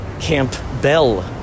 Campbell